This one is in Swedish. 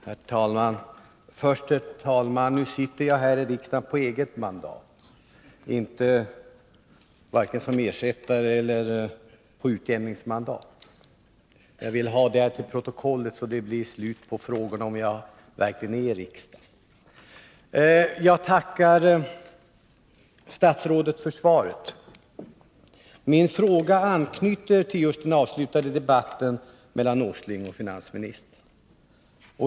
Herr talman! Får jag börja med att slå fast att jag numera sitter i riksdagen på eget mandat, varken som ersättare eller på utjämningsmandat. Jag vill ha det till protokollet, så att det blir slut på frågorna om jag verkligen är riksdagsledamot. Jag tackar statsrådet för svaret. Min fråga anknyter till just den avslutade debatten mellan Nils Åsling och finansministern.